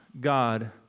God